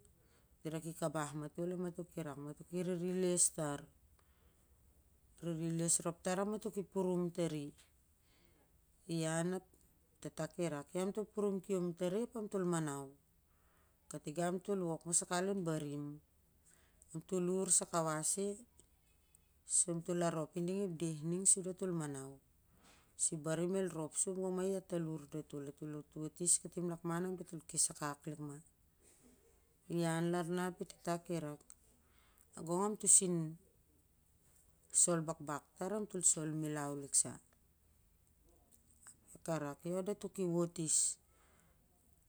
Dira kabah matol ap mato rak mato ki ririles tar ma toh ririles tar ap matoh ki purum tari, ian ap e tata ki rak io am tol purum kiom tari ap amtol el manau, kati gon am tol wok ma sai kawas lon barim am tol ur sur kawas e sur am tol arop i ding ap deh sur amtol manau sur ep barim el rop sow sur gong i atalur datol su datol wot katim an lakman ap datol ap datol kes akak lik ma, ian lar na ap i e tata ki rak gong am to sin sol bakbak tar am tol sol mialu lik sa ap ia ka rak io fato ki wot is.